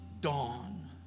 dawn